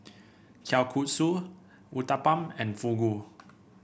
Kalguksu Uthapam and Fugu